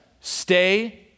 Stay